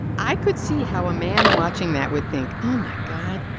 i could see how a man watching that would think oh, my god.